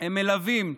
הם מלווים,